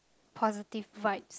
positive vibes